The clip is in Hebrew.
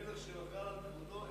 מלך שמחל על כבודו,